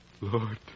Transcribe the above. Lord